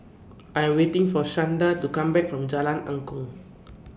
I Am waiting For Shanda to Come Back from Jalan Angklong